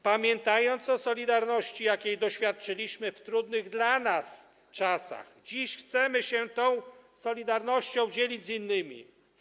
Pamiętając o solidarności, jakiej doświadczyliśmy w trudnych dla nas czasach, dziś chcemy się tą solidarnością dzielić z innymi.